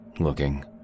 looking